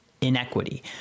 inequity